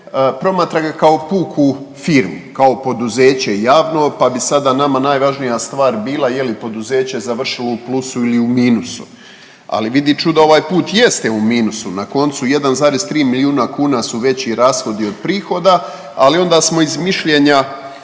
promatra ga kao puku firmu kao poduzeće javno pa bi sada nama najvažnija stvar bila je li poduzeće završilo u plusu ili u minusu, ali vidi čuda ovaj put jeste u minusu. Na koncu 1,3 milijuna su veći rashodi od prihoda ali onda smo iz mišljenja